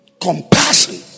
Compassion